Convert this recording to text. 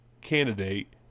candidate